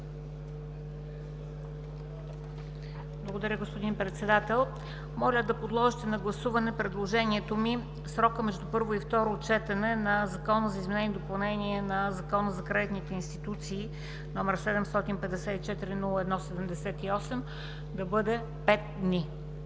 Благодаря Ви, господин Председател. Моля да подложите на гласуване срокът за предложения между първо и второ четене на Законопроекта за изменение и допълнение на Закона за кредитните институции, № 754-01-78, да бъде пет дни.